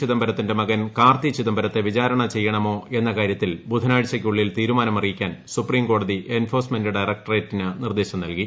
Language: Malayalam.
ചിദംബരത്തിന്റെ മകൻ കാർത്തി ചിദംബരത്തെ വിചാരണ ചെയ്യണമോ എന്ന കാര്യത്തിൽ ബുധനാഴ്ചയ്ക്കുള്ളിൽ തീരുമാനമറിയിക്കാൻ സുപ്രീംകോടതി എൻഫോഴ്സ്മെന്റ് ഡയറക്ടറേറ്റിന് നിർദ്ദേശം നല്കി